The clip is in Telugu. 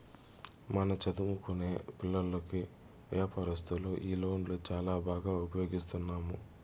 మన చదువుకొనే పిల్లోల్లకి వ్యాపారస్తులు ఈ లోన్లు చాలా బాగా ఉపయోగిస్తున్నాము